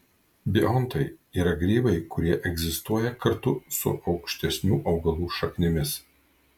biontai yra grybai kurie egzistuoja kartu su aukštesnių augalų šaknimis